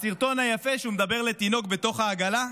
הסרטון היפה שהוא מדבר לתינוק בתוך העגלה?